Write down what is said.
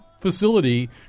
facility